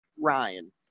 Ryan